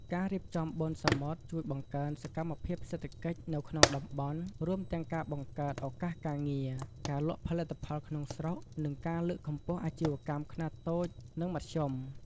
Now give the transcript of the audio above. ការរៀបចំបុណ្យសមុទ្រជួយបង្កើនសកម្មភាពសេដ្ឋកិច្ចនៅក្នុងតំបន់ រួមទាំងការបង្កើតឱកាសការងារ ការលក់ផលិតផលក្នុងស្រុក និងការលើកកម្ពស់អាជីវកម្មខ្នាតតូច និងមធ្យម។